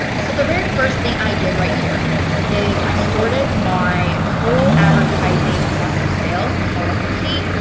so the very first thing i did right here is i sorted my total advertising cost of sales, column p.